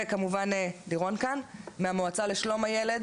וכמובן לירון כאן מהמועצה לשלום הילד,